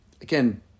Again